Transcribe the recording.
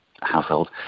household